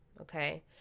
okay